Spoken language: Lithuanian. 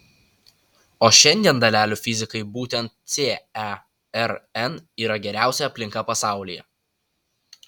o šiandien dalelių fizikai būtent cern yra geriausia aplinka pasaulyje